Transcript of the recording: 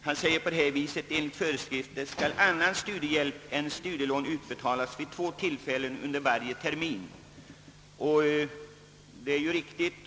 Han framhöll i svaret att enligt föreskrifterna skall annan studiehjälp än studielån utbetalas vid två tillfällen under varje termin.